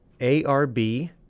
arb